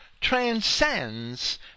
transcends